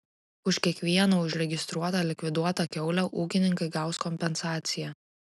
už kiekvieną užregistruotą likviduotą kiaulę ūkininkai gaus kompensaciją